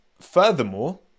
furthermore